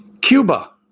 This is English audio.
Cuba